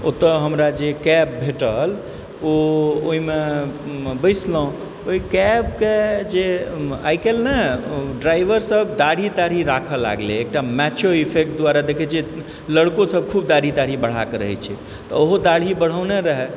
ओतय हमरा जे कैब भेटल ओ ओहिमे बैसलहुँ ओहि कैबके जे आइकाल्हि ने ड्राइवर सब दाढ़ी ताढ़ी राखै लागलैए एकटा मॉचो इफेक्ट दुआरे देखै छियै लड़को सब खूब दाढ़ी ताढ़ी बढ़ाकऽ रहै छै ओहो दाढ़ी बढ़ेने रहै